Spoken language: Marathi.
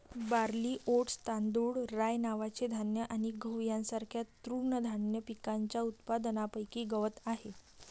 बार्ली, ओट्स, तांदूळ, राय नावाचे धान्य आणि गहू यांसारख्या तृणधान्य पिकांच्या उत्पादनापैकी गवत आहे